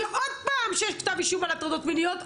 שעוד פעם שיש כתב אישום על הטרדות מיניות,